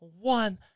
one